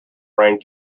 brain